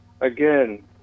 again